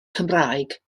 cymraeg